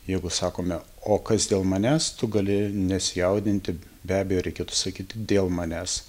jeigu sakome o kas dėl manęs tu gali nesijaudinti be abejo reikėtų sakyti dėl manęs